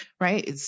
right